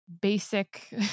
basic